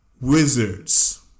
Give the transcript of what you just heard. wizards